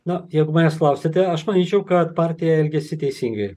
na jeigu manęs klausiate aš manyčiau kad partija elgiasi teisingai